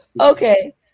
Okay